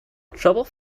trouble